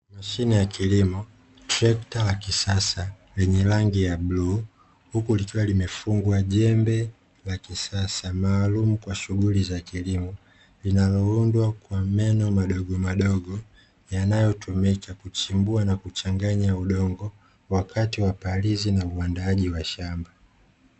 Mashine ya kilimo trekta ya kisasa yenye rangi ya buluu, huku likiwa limefungwa jembe la kisasa maalumu kwa shughuli za kilimo linaloundwa kwa meno madogomadogo, yanayotumika kuchimbua na kuchanganya udongo wakati wa palizi na uandaaji wa shamba.